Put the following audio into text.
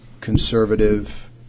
conservative